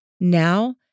Now